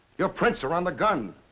your prints are on the gun!